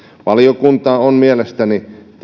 valiokunta on mielestäni